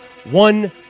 One